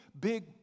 big